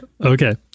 Okay